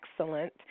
excellent